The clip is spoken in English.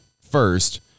first